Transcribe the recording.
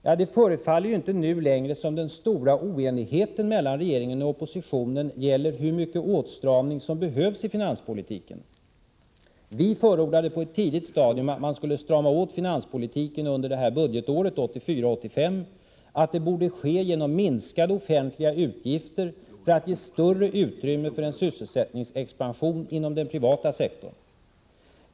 Ja, det förefaller ju nu inte längre som om den stora oenigheten mellan regeringen och oppositionen gäller hur mycket av åtstramning som behövs i finanspolitiken. Vi förordade på ett tidigt stadium att man skulle strama åt finanspolitiken under budgetåret 1984/85 och att detta borde ske genom minskning av offentliga utgifter, för att ge större utrymme för en sysselsättningsexpansion inom den privata sektorn.